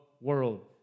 world